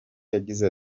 yagize